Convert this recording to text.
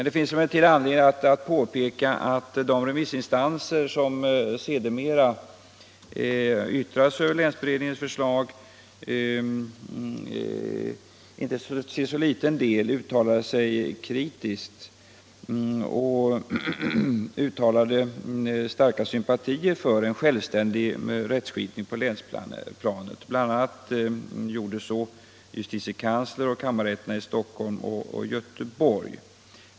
Det finns emellertid anledning påpeka att de remissinstanser som sedermera yttrade sig över länsberedningens förslag till inte så liten del gav uttryck för starka sympatier för en självständig rättskipning på länsplanet. Bl. a. var det fallet med justitiekanslern och kammarrätterna i Stockholm och Göteborg.